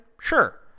Sure